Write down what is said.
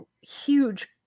huge